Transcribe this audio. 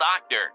Doctor